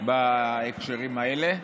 בהקשרים האלה.